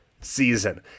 season